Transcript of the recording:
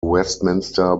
westminster